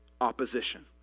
opposition